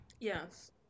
Yes